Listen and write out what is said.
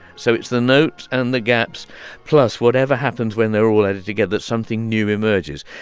so it's the notes and the gaps plus whatever happens when they're all edited together. something new emerges.